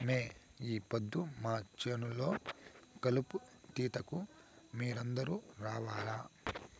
మే ఈ పొద్దు మా చేను లో కలుపు తీతకు మీరందరూ రావాల్లా